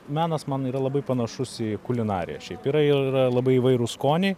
menas man yra labai panašus į kulinariją šiaip yra ir labai įvairūs skoniai